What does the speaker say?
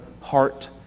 heart